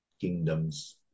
kingdoms